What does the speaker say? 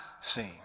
seen